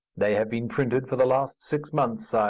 they have been printed for the last six months, sire.